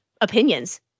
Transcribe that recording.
opinions